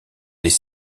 les